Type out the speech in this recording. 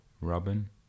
Robin